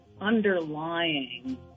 underlying